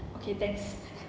okay thanks